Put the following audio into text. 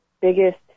biggest